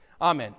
Amen